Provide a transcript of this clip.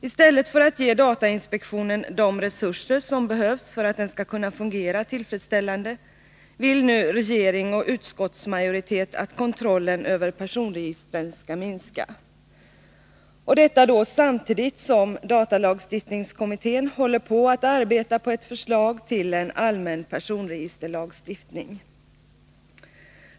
I stället för att ge datainspektionen de resurser som behövs för att den skall kunna fungera tillfredsställande vill regering och utskottsmajoritet nu minska kontrollen över personregistren, och detta samtidigt som datalagstiftningskommittén arbetar på ett förslag till en allmän personregisterlagstiftning.